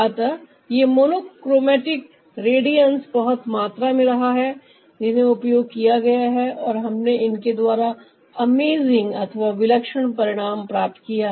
अतः यह monochromatic radiance बहुत मात्रा में रहा है जिन्हें उपयोग किया गया है और हमने इनके द्वारा अमेजिंग अथवा विलक्षण परिणाम प्राप्त किया है